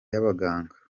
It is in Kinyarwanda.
y’abaganga